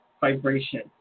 vibration